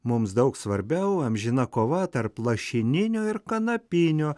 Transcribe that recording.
mums daug svarbiau amžina kova tarp lašininio ir kanapinio